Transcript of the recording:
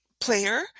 player